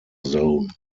zone